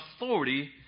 authority